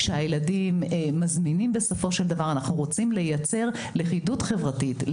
אנחנו רוצים לייצר לכידות חברתית,